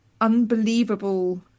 unbelievable